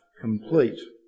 complete